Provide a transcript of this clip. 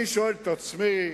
אני שואל את עצמי,